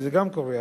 זה גם קורה.